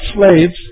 slaves